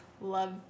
love